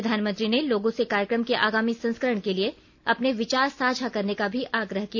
प्रधानमंत्री ने लोगों से कार्यक्रम के आगामी संस्करण के लिए अपने विचार साझा करने का भी आग्रह किया